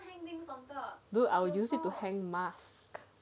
dude I will use it hang mask